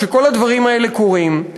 כשכל הדברים האלה קורים,